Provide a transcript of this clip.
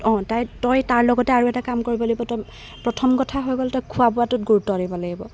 অঁ তাই তই তাৰ লগতে আৰু এটা কাম কৰিব লাগিব তই প্ৰথম কথা হৈ গ'ল তই খোৱা বোৱাটোত গুৰুত্ব দিব লাগিব